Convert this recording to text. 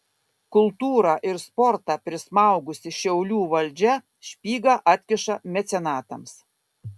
kultūrą ir sportą prismaugusi šiaulių valdžia špygą atkiša mecenatams